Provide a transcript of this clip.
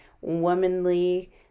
womanly